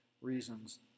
reasons